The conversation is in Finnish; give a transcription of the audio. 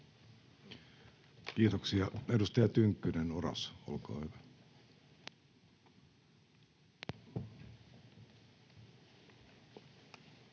Kiitoksia. — Edustaja Tynkkynen, Oras, olkaa hyvä.